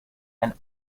and